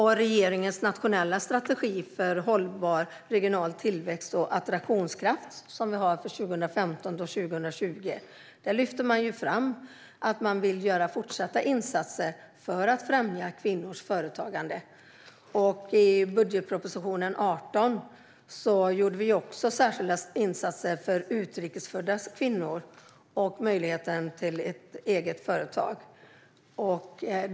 I regeringens nationella strategi för hållbar regional tillväxt och attraktionskraft för 2015-2020 lyfter man ju fram att man vill göra fortsatta insatser för att främja kvinnors företagande. I budgetpropositionen för 2018 gjorde vi också särskilda insatser för utrikesfödda kvinnor och deras möjlighet till ett eget företag.